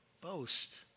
boast